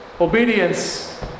Obedience